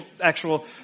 actual